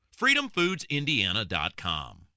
FreedomFoodsIndiana.com